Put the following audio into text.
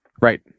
Right